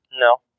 No